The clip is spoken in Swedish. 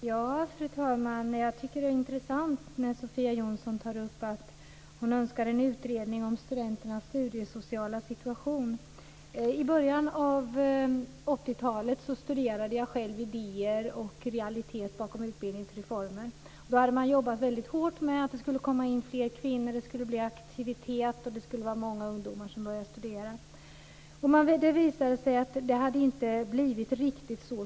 Fru talman! Jag tycker att det är intressant när Sofia Jonsson önskar en utredning om studenternas studiesociala situation. I början av 80-talet studerade jag själv idéer och realitet bakom utbildningsreformen. Då hade man jobbat väldigt hårt med att det skulle komma in fler kvinnor, att det skulle blir aktivitet och att många ungdomar skulle börja studera. Det visade sig sedan att det inte hade blivit riktigt så.